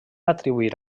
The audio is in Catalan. atribuir